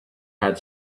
had